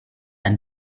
and